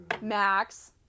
max